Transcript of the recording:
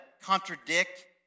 contradict